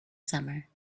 summer